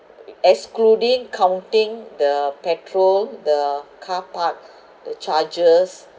excluding counting the petrol the car park the charges